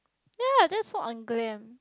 ya that's so unglam